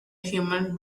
human